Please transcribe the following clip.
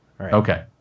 Okay